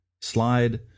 slide